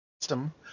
system